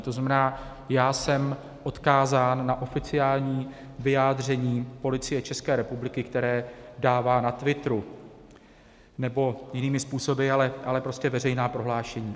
To znamená, že já jsem odkázán na oficiální vyjádření Policie České republiky, které dává na Twitter nebo jinými způsoby, ale prostě veřejná prohlášení.